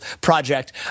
project